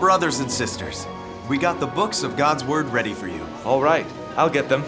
brothers and sisters we got the books of god's word ready for you all right i'll get them